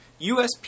USP